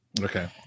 Okay